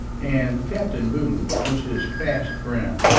and captain boodle was his fast friend.